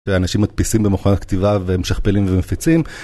אנשים מקפיסים במוכן הכתיבה והם שכפלים ומפיצים